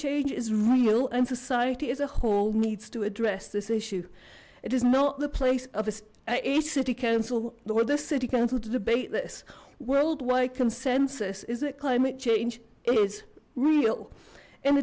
change is real and society as a whole needs to address this issue it is not the place of a a city council nor this city council to debate this worldwide consensus is it climate change is real in